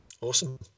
Awesome